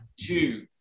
two